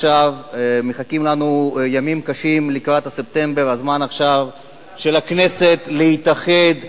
מחכים לנו ימים קשים לקראת ספטמבר וזה הזמן של הכנסת להתאחד,